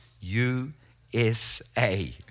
U-S-A